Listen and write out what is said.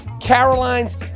Caroline's